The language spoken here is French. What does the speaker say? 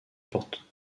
porte